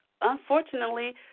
unfortunately